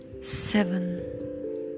Seven